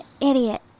idiot